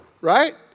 right